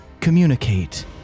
communicate